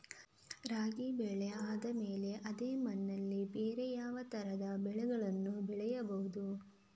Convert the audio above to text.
ರಾಗಿ ಬೆಳೆ ಆದ್ಮೇಲೆ ಅದೇ ಮಣ್ಣಲ್ಲಿ ಬೇರೆ ಯಾವ ತರದ ಬೆಳೆಗಳನ್ನು ಬೆಳೆಯಬಹುದು?